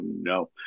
no